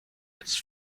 its